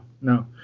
no